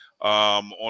on